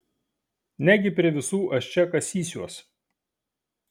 negi prie visų aš čia kasysiuos